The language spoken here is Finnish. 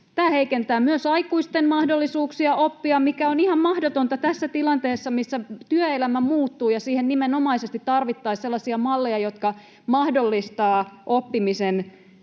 Tämä heikentää myös aikuisten mahdollisuuksia oppia, mikä on ihan mahdotonta tässä tilanteessa, missä työelämä muuttuu. Siihen nimenomaisesti tarvittaisiin sellaisia malleja, jotka mahdollistavat oppimisen